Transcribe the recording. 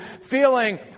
feeling